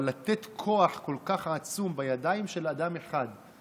אבל לתת כוח כל כך עצום בידיים של אדם אחד,